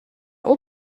will